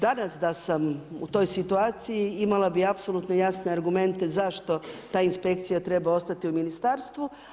Danas da sam u toj situaciji imala bi apsolutno jasne argumente zašto ta inspekcija treba ostati u ministarstvu.